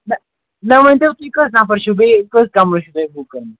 مےٚ مےٚ ؤنۍتو تُہۍ کٔژ نَفَر چھُو بیٚیہِ کٔژ کَمرٕ چھُ تۄہہِ بُک کَرٕنۍ